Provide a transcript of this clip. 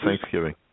Thanksgiving